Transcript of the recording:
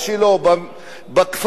בכפר שלו,